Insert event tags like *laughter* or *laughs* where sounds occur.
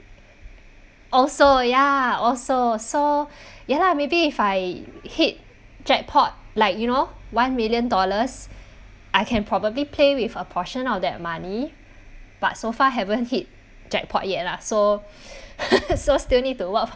also ya also so *breath* ya lah maybe if I hit jackpot like you know one million dollars I can probably play with a portion of that money but so far haven't hit jackpot yet lah so *breath* *laughs* so still need to work